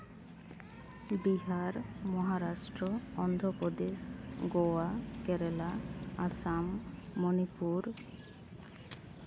Bihar Maharashtra Andhra Pradesh Goa Kerala Assam Manipur